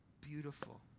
beautiful